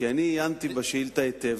כי אני עיינתי בשאילתא היטב,